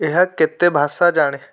ଏହା କେତେ ଭାଷା ଜାଣେ